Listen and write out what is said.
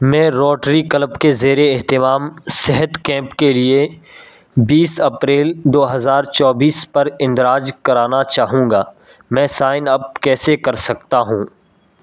میں Rotary club کے زیر اہتمام صحت کیمپ کے لیے بیس اپریل دو ہزار چوبیس پر اندراج کرانا چاہوں گا میں سائن اپ کیسے کر سکتا ہوں